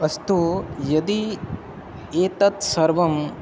अस्तु यदि एतत् सर्वम्